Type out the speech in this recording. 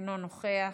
אינו נוכח,